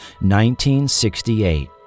1968